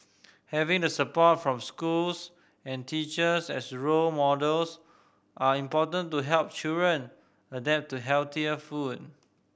having the support from schools and teachers as role models are important to help children adapt to healthier food